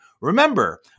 Remember